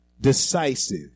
Decisive